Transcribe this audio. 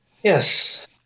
Yes